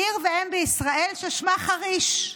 עיר ואם בישראל ששמה חריש,